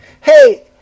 Hey